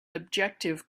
objective